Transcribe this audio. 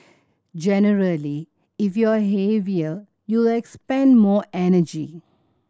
generally if you're heavier you'll expend more energy